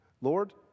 Lord